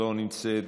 לא נמצאת,